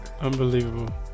Unbelievable